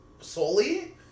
solely